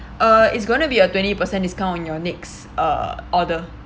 uh it's gonna be a twenty percent discount on your next uh order